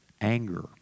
anger